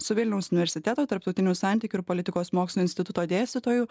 su vilniaus universiteto tarptautinių santykių ir politikos mokslų instituto dėstytoju